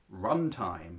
runtime